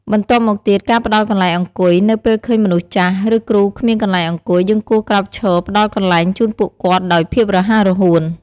បន្ទាប់មកទៀត ការផ្ដល់កន្លែងអង្គុយ នៅពេលឃើញមនុស្សចាស់ ឬគ្រូគ្មានកន្លែងអង្គុយ យើងគួរក្រោកឈរផ្ដល់កន្លែងជូនពួកគាត់ដោយភាពរហ័សរហួន។